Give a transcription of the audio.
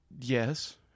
yes